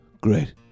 great